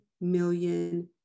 million